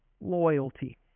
Loyalty